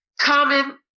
common